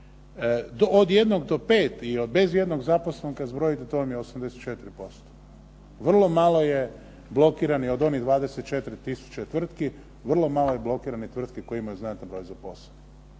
Od jednog do pet i bez jednog zaposlenog kad zbrojite to vam je 84%. Vrlo malo je blokiranih od onih 24 tisuće tvrtki, vrlo malo je blokiranih tvrtki koje imaju znatan broj zaposlenih.